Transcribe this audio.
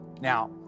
Now